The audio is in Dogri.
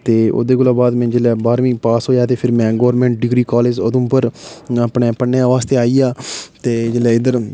ते ओह्दे कोला बाद में जेल्लै बारमीं पास होया ते फिर में गौरमेंट डिग्री कॉलेज उधमपुर अपने पढ़ने बास्तै आइया ते जेल्लै इद्धर